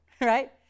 right